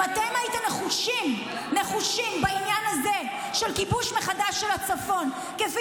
אם אתם הייתם נחושים בעניין הזה של כיבוש מחדש של הצפון כפי